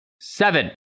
Seven